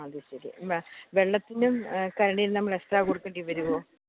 ആ അതു ശരി വെള്ളത്തിനും കരണ്ടിനും നമ്മളെക്സ്ട്രാ കൊടുക്കേണ്ടി വരുമോ